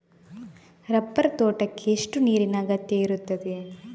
Rubber ತೋಟಕ್ಕೆ ಎಷ್ಟು ನೀರಿನ ಅಗತ್ಯ ಇರುತ್ತದೆ?